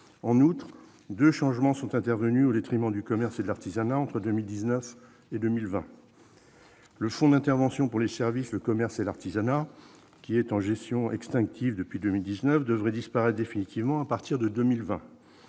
En outre, deux changements sont intervenus au détriment du commerce et de l'artisanat entre 2019 et 2020. Le fonds d'intervention pour les services, l'artisanat et le commerce, qui est en gestion extinctive depuis 2019, devrait disparaître définitivement à partir de 2020.